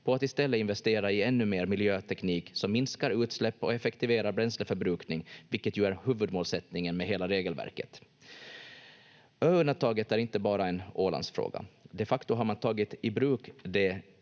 på att i stället investera i ännu mer miljöteknik som minskar utsläpp och effektiverar bränsleförbrukning, vilket ju är huvudmålsättningen med hela regelverket. Ö-undantaget är inte bara en Ålandsfråga. De facto har man tagit i bruk det